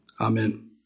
Amen